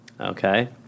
Okay